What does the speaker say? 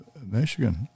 Michigan